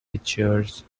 pictures